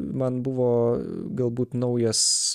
man buvo galbūt naujas